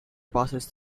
passes